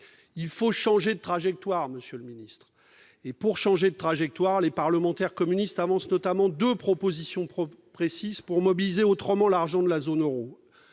il faut changer de trajectoire, Monsieur le Ministre et pour changer de trajectoire, les parlementaires communistes avancent notamment de propositions propres précise pour mobiliser autrement l'argent de la zone Euro,